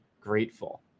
grateful